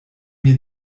mir